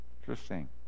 Interesting